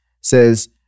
says